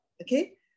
Okay